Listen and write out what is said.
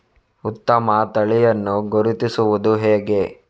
ಉತ್ತಮ ತಳಿಯನ್ನು ಗುರುತಿಸುವುದು ಹೇಗೆ?